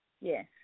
Yes